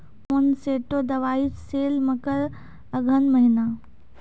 Monsanto दवाई सेल मकर अघन महीना,